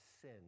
sin